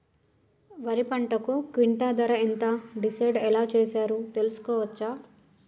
వరి పంటకు క్వింటా ధర ఎంత డిసైడ్ ఎలా చేశారు తెలుసుకోవచ్చా?